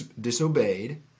disobeyed